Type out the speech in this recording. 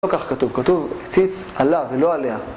לא כך כתוב, כתוב ציץ עלה ולא עליה